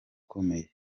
ikomeye